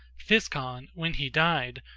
physcon, when he died,